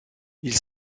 ils